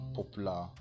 popular